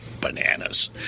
bananas